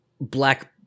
black